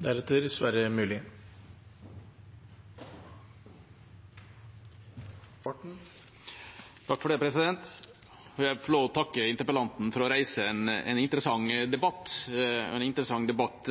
Jeg vil få lov til å takke interpellanten for å reise en interessant debatt. Det er en interessant debatt